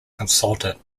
consultant